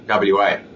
WA